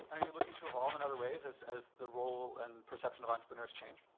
are you looking to evolve in other ways as as the role and perception of entrepreneurs change?